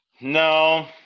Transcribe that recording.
no